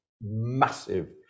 massive